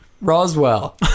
Roswell